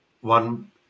one